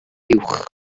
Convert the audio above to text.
uwch